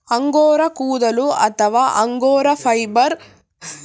angora ಕೂದಲು ಅಥವಾ angora fibre angora ಮೊಲದಿಂದ ಉತ್ಪತ್ತಿಯಾಗುವ ಕೆಳಗಿರುವ ಕೋಟನ್ನು ಸೂಚಿಸ್ತದೆ